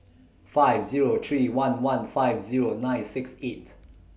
five Zero three one one five Zero nine six eight